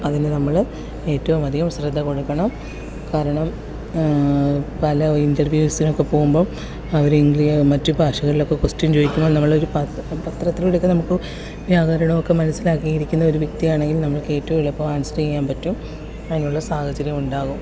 അതിന് നമ്മൾ ഏറ്റവും അധികം ശ്രദ്ധകൊടുക്കണം കാരണം പല ഇൻ്റർവ്യൂസിനൊക്കെ പോകുമ്പം അവർ മറ്റ് ഭാഷകളിലൊക്കെ കൊസ്റ്യൻ ചോദിക്കുമ്പോൾ നമ്മൾ ഒരു പത്രത്തിലോടെ ഒക്കെ നമുക്ക് വ്യാകരണം ഒക്കെ മനസ്സിലാക്കിയിരിക്കുന്ന ഒരു വ്യക്തിയാണെങ്കിൽ നമ്മൾക്ക് ഏറ്റവും എളുപ്പം ആൻസർ ചെയ്യാൻ പറ്റും അതിനുള്ള സാഹചര്യം ഉണ്ടാകും